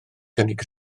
cynnig